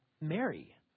mary